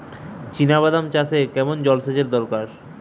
চিনাবাদাম চাষে কেমন জলসেচের দরকার?